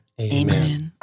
Amen